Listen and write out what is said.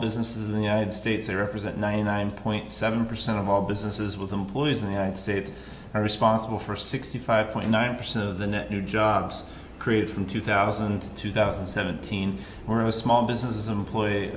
businesses in the united states they represent ninety nine point seven percent of all businesses with employees in the united states are responsible for sixty five point nine percent of the net new jobs created from two thousand and two thousand and seventeen were no small businesses